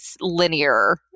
linear